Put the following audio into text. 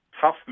tough